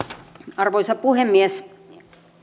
arvoisa puhemies